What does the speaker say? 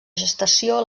gestació